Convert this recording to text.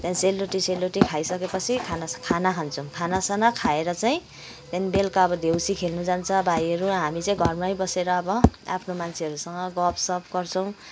सेलरोटी सेलरोटी खाइसकेपसि खाना खान्छौँ खाना साना खाएर चाहिँ बेलुका अब देउसी खेल्न जान्छ भाइहरू हामी चाहिँ घरमै बसेर अब आफ्नो मान्छेहरूसँग गफसफ गर्छौँ